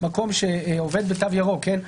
מקום שעובד בתו ירוק,